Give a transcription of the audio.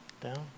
Down